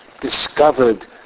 discovered